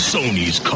Sony's